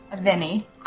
Vinny